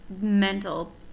mental